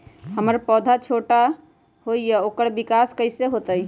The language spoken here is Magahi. हमर पौधा छोटा छोटा होईया ओकर विकास कईसे होतई?